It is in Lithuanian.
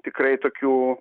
tikrai tokių